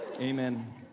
Amen